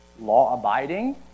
law-abiding